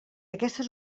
aquestes